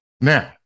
Now